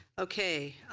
okay.